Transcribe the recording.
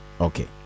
Okay